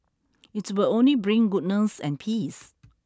it will only bring goodness and peace